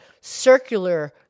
circular